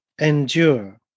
endure